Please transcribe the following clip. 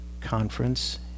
conference